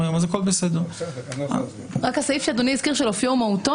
הסעיף שהזכיר אדוני של אופיו ומהותו,